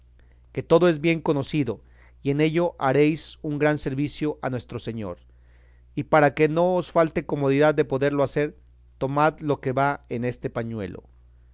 que todo es bien conocido y en ello haréis un gran servicio a nuestro señor y para que no os falte comodidad de poderlo hacer tomad lo que va en este pañuelo